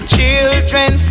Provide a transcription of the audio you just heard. Children